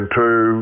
two